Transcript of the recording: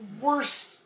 worst